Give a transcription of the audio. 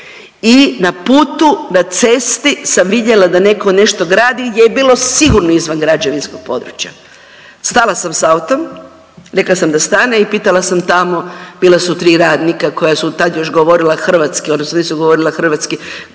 i na putu, na cesti sam vidjela da netko nešto gradi gdje je bilo sigurno izvan građevinskog područja. Stala s autom, rekla sam da stane i pitala sam tamo, bila su 3 radnika koja su tad još govorila hrvatski odnosno nisu govorila hrvatski